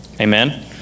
Amen